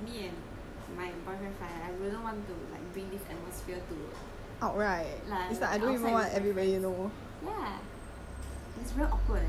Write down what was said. for me is like if we all fight right if me and my boyfriend fight right I wouldn't want to like bring this atmosphere to like like outside with my friends